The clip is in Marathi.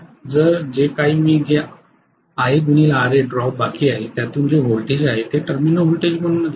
तर जे काही मी जे IaRa ड्रॉप बाकी आहे त्यातून जे व्होल्टेज आहे ते टर्मिनल व्होल्टेज म्हणून जाईल